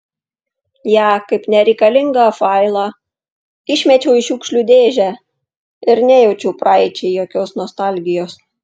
ją kaip nereikalingą failą išmečiau į šiukšlių dėžę ir nejaučiau praeičiai jokios nostalgijos